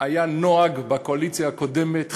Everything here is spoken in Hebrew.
היה נוהג בקואליציה הקודמת,